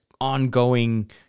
ongoing